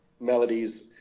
melodies